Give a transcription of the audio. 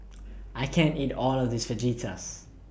I can't eat All of This Fajitas